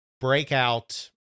Breakout